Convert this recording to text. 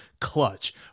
clutch